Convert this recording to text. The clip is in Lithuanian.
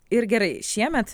ir gerai šiemet